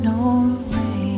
Norway